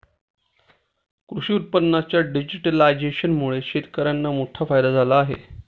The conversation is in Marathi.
कृषी उत्पादनांच्या डिजिटलायझेशनमुळे शेतकर्यांना मोठा फायदा झाला आहे